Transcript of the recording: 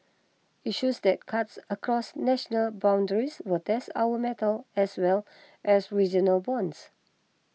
issues that cuts across national boundaries will test our mettle as well as regional bonds